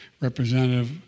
Representative